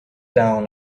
down